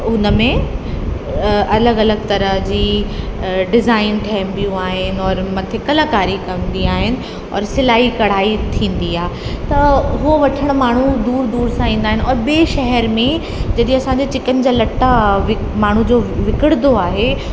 हुन में अलॻि अलॻि तरह जी डिज़ाइन ठहंदियूं आहिनि और मथे कलाकारी कंदियूं आहिनि और सिलाई कढ़ाई बि थींदी आहे त उहो वठण माण्हू दूर दूर सां ईंदा आहिनि ऐं ॿिए शहर में जेके असांजे चिकन जा लटा माण्हूअ जो विकिणंदो आहे